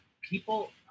people